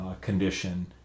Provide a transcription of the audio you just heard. condition